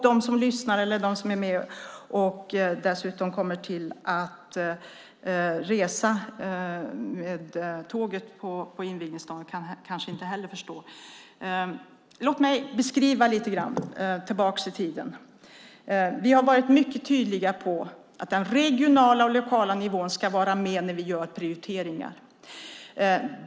De som lyssnar och de som dessutom kommer att resa med tåget på invigningsdagen kanske inte heller förstår detta. Låt mig beskriva lite grann tillbaka i tiden. Vi har varit mycket tydliga med att den regionala och lokala nivån ska vara med när vi gör prioriteringar.